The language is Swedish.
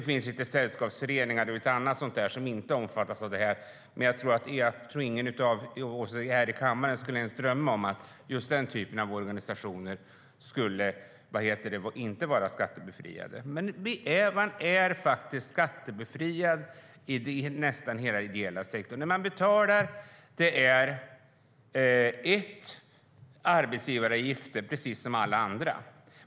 De finns lite sällskapsföreningar och annat som inte omfattas av detta, men ingen av oss i kammaren skulle nog drömma om att just den typen av organisationer inte skulle vara skattebefriade. Den ideella sektorn betalar arbetsgivaravgifter, precis som alla andra.